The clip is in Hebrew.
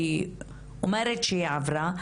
היא אומרת שהיא עברה,